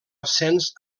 ascens